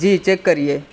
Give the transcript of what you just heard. جی check کریئے